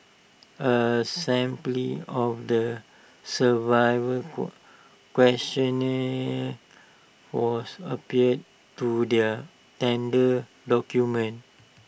A of the questionnaire was appended to their tender documents